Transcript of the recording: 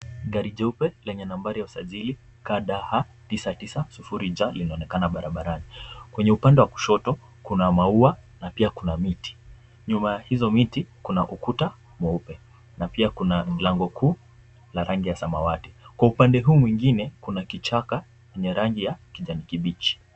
Gari jeupe lenye nambari ya usajili KDH 990J linaonekana barabarani, kwenye upande wa kushoto kuna maua na pia kuna miti, nyuma ya hiyo miti kuna ukuta mweupe na pia kuna lango kuu la rangi ya samawati, kwa upande huu mwingine kuna kichaka chenye rangi ya kijani kibichi.